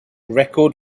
record